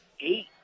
eight